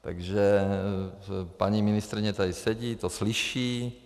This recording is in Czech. Takže paní ministryně tady sedí, to slyší.